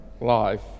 life